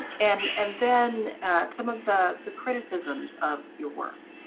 and and then some of the the criticisms of your work.